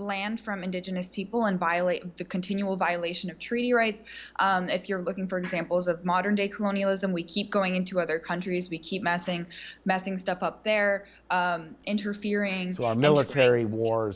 land from indigenous people and violate the continual violation of treaty rights if you're looking for examples of modern day colonialism we keep going into other countries we keep messing messing stuff up there interfering with our military war